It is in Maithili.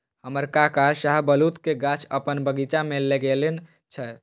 हमर काका शाहबलूत के गाछ अपन बगीचा मे लगेने छै